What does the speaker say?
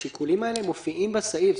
השיקולים האלה מופיעים בסעיף.